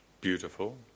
beautiful